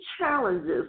challenges